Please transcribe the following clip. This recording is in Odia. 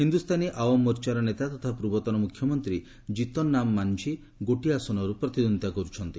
ହିନ୍ଦୁସ୍ଥାନୀ ଆଓମ୍ ମୋର୍ଚ୍ଚାର ନେତା ତଥା ପୂର୍ବତନ ମୁଖ୍ୟମନ୍ତ୍ରୀ ଜିତନ୍ ରାମ ମାନ୍ଝୀ ଗୋଟିଏ ଆସନରୁ ପ୍ରତିଦ୍ୱନ୍ଦିତା କରୁଛନ୍ତି